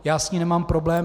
Já s ní nemám problém.